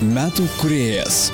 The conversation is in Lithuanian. metų kūrėjas